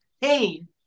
pain